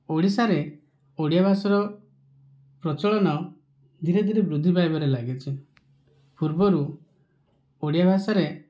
ଓଡ଼ିଶାରେ ଓଡ଼ିଆ ଭାଷାର ପ୍ରଚଳନ ଧୀରେ ଧୀରେ ବୃଦ୍ଧି ପାଇବାରେ ଲାଗିଛି ପୂର୍ବରୁ ଓଡ଼ିଆ ଭାଷାରେ